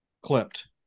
clipped